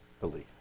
belief